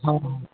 हाँ